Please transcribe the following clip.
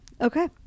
Okay